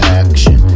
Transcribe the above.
action